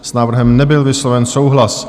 S návrhem nebyl vysloven souhlas.